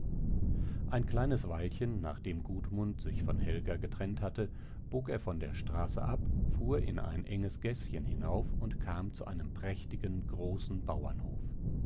ein kleines weilchen nachdem gudmund sich von helga getrennt hatte bog er von der straße ab fuhr ein enges gäßchen hinauf und kam zu einem prächtigen großen bauernhof